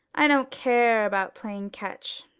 i don't care about playing catch,